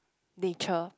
nature